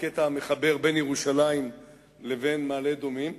לקטע המחבר בין ירושלים לבין מעלה-אדומים,